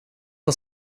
och